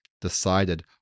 decided